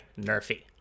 Nerfy